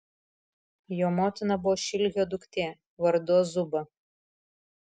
jo motina buvo šilhio duktė vardu azuba